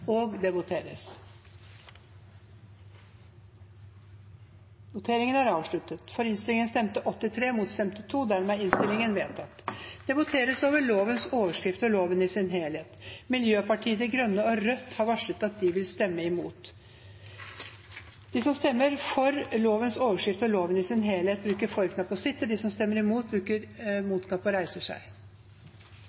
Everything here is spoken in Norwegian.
imot. Det voteres over lovens overskrift og loven i sin helhet. Miljøpartiet De Grønne og Rødt har varslet at de vil stemme imot. Lovvedtaket vil bli satt opp til andre gangs behandling i et senere møte i Stortinget. Sosialistisk Venstreparti og Rødt har varslet at de vil stemme imot. Det voteres over lovens overskrift og loven i sin helhet. Sosialistisk Venstreparti og Rødt har varslet at de vil stemme imot.